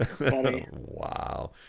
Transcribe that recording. Wow